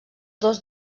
dos